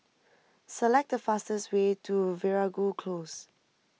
select the fastest way to Veeragoo Close